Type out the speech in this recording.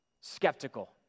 Skeptical